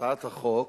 להצעת החוק,